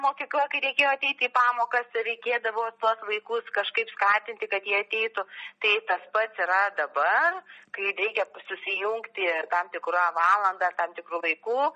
mokykla kai reikėjo ateiti į pamokas ir reikėdavo tuos vaikus kažkaip skatinti kad jie ateitų tai tas pats yra dabar kai reikia susijungti ir tam tikrą valandą tam tikru laiku